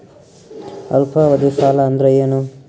ಅಲ್ಪಾವಧಿ ಸಾಲ ಅಂದ್ರ ಏನು?